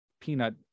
peanut